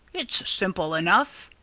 it's simple enough.